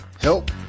help